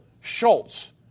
Schultz